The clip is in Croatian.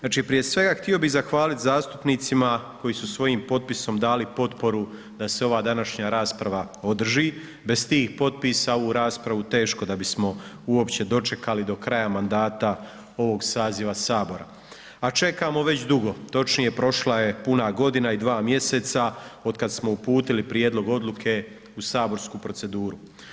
Znači, prije svega htio bi zahvaliti zastupnicima koji su svojim potpisom dali potporu da se ova današnja rasprava održi, bez tih potpisa ovu raspravu teško da bismo uopće dočekali do kraja mandata ovog saziva HS, a čekamo već dugo, točnije, prošla je puna godina i dva mjeseca otkad smo uputili prijedlog odluke u saborsku proceduru.